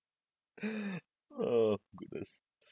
oh goodness